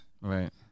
Right